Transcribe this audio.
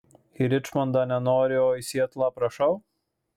į ričmondą nenori o į sietlą prašau